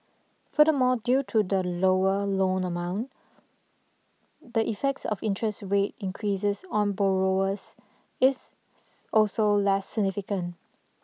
furthermore due to the lower loan amount the effects of interest rate increases on borrowers is also less significant